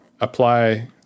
apply